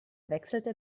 wechselte